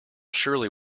surely